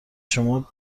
شما